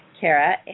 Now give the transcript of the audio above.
Kara